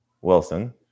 Wilson